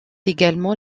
également